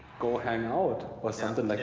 go hang out or something. like